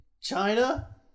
China